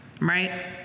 right